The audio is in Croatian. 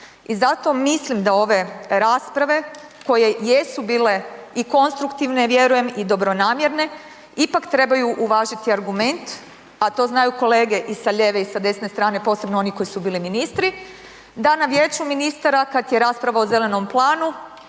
i zato mislim da ove rasprave koje jesu bile i konstruktivne vjerujem i dobronamjerne, ipak trebaju uvažiti argument a to znaju kolege i sa lijeve i sa desne strane, posebno oni koji su bili ministri, da na Vijeću ministara kad je rasprava o zelenom planu